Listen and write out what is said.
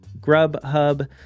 Grubhub